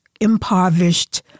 impoverished